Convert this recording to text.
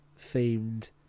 themed